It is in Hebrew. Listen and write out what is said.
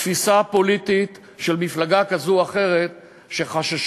תפיסה פוליטית של מפלגה כזו או אחרת שחששה